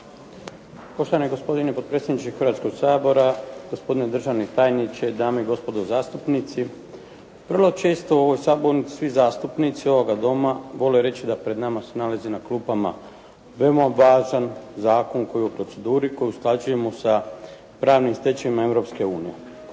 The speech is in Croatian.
Poštovani gospodine potpredsjedniče Hrvatskoga sabora, gospodine državni tajniče, dame i gospodo zastupnici. Vrlo često u ovoj sabornici svi zastupnici ovoga Doma vole reći da pred nama se nalazi na klupama veoma važan zakon koji je u proceduri koji usklađujemo sa pravnim stečevinama